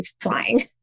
flying